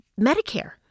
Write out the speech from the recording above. Medicare